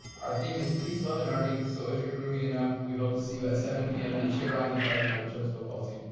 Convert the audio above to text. our theme is peace, love, and arty. so if you're groovy enough, we hope to see you at and to cheer on the fighting artichokes football team.